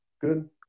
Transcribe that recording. Good